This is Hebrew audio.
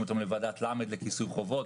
אותם לוועדת למ"ד (לפנים משורת הדין) לכיסוי חובות,